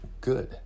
good